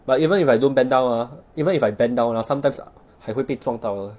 but even if I don't bend down ah even if I bend down ah sometimes 还会被撞到的